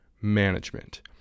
management